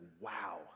wow